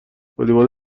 والیبال